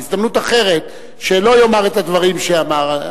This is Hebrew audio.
בהזדמנות אחרת, שלא יאמר את הדברים שאמר.